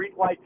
streetlights